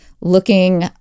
looking